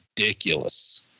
ridiculous